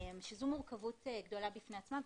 שזו מורכבות גדולה בפני עצמה.